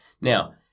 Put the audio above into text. Now